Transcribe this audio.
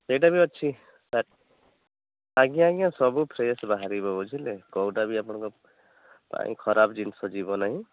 ସେଇଟା ବି ଅଛି ସାର୍ ଆଜ୍ଞା ଆଜ୍ଞା ସବୁ ଫ୍ରେସ୍ ବାହାରିବ ବୁଝିଲେ କେଉଁଟା ବି ଆପଣଙ୍କ ପାଇଁ ଖରାପ ଜିନିଷ ଯିବ ନାହିଁ